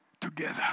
together